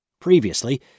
Previously